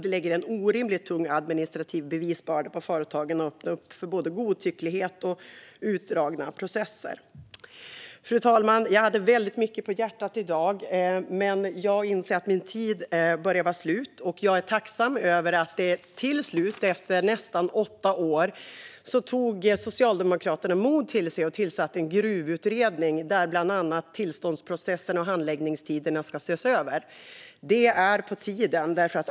Det lägger en orimligt tung administrativ bevisbörda på företagen och öppnar för både godtycklighet och utdragna processer. Fru talman! Jag hade väldigt mycket på hjärtat i dag. Men jag inser att min talartid börjar ta slut. Jag är tacksam över att Socialdemokraterna till slut, efter nästan åtta år, tog mod till sig och tillsatte en gruvutredning där bland annat tillståndsprocesserna och handläggningstiderna ska ses över. Det är på tiden.